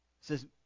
says